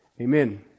Amen